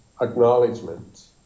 acknowledgement